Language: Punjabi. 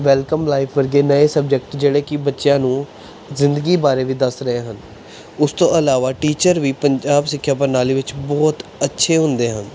ਵੈਲਕਮ ਲਾਈਫ ਵਰਗੇ ਨਵੇਂ ਸਬਜੈਕਟ ਜਿਹੜੇ ਕਿ ਬੱਚਿਆਂ ਨੂੰ ਜ਼ਿੰਦਗੀ ਬਾਰੇ ਵੀ ਦੱਸ ਰਹੇ ਹਨ ਉਸ ਤੋਂ ਇਲਾਵਾ ਟੀਚਰ ਵੀ ਪੰਜਾਬ ਸਿੱਖਿਆ ਪ੍ਰਣਾਲੀ ਵਿੱਚ ਬਹੁਤ ਅੱਛੇ ਹੁੰਦੇ ਹਨ